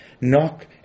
Knock